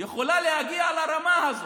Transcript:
יכולה להגיע לרמה הזאת.